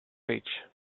page